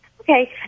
Okay